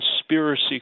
conspiracy